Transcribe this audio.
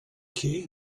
che